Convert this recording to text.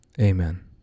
Amen